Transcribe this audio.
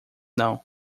não